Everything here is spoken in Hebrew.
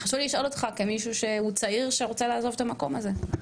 חשוב לי לשאול אותך כמישהו שהוא צעיר שרוצה לעזוב את המקום הזה.